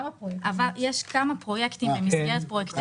יש כמה פרויקטים במסגרת הפרויקט של